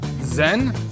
Zen